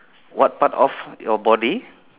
what part of your body